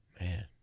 Man